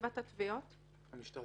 חטיבות התביעות המשטרתית,